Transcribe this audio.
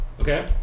Okay